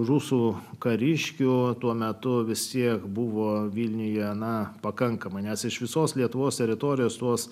rusų kariškių tuo metu visi buvo vilniuje aną pakanka manęs iš visos lietuvos teritorijos tuos